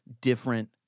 different